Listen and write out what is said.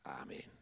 Amen